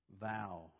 vow